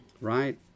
right